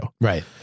Right